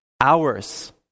hours